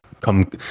come